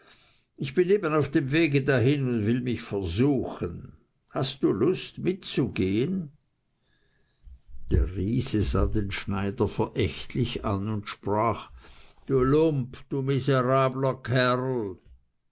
ich bin eben auf dem wege dahin und will mich versuchen hast du lust mitzugehen der riese sah den schneider verächtlich an und sprach du lump du miserabler kerl